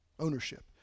Ownership